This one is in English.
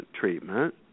treatment